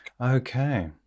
Okay